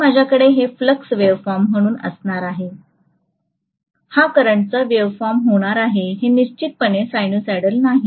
तर माझ्याकडे हे फ्लक्स वेव्हफॉर्म म्हणून असणार आहे तर हा करंटचा वेव्हफॉर्म होणार आहे हे निश्चितपणे सायनुसायडल नाही